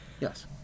Yes